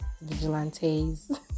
vigilantes